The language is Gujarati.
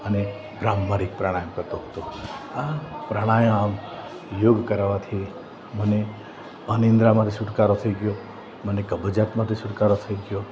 અને ભ્રામરી પ્રાણાયામ કરતો હતો આ પ્રાણાયામ યોગ કરવાથી મને અનિંદ્રામાંથી છુટકારો થઈ ગયો મને કબજીયાતમાંથી છુટકારો થઈ ગયો